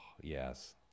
yes